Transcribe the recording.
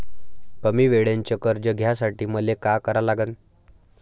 कमी वेळेचं कर्ज घ्यासाठी मले का करा लागन?